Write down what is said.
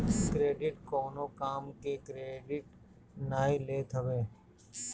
credit कवनो काम के क्रेडिट नाइ लेत हवे